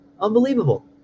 Unbelievable